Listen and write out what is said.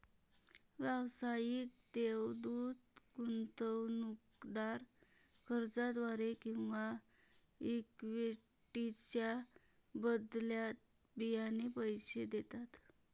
व्यावसायिक देवदूत गुंतवणूकदार कर्जाद्वारे किंवा इक्विटीच्या बदल्यात बियाणे पैसे देतात